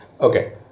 okay